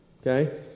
Okay